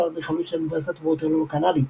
לאדריכלות של אוניברסיטת ווטרלו הקנדית.